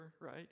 right